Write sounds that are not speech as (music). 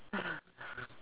(laughs)